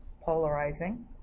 polarizing